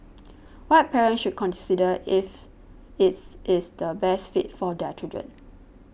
what parents should consider if it's is the best fit for their children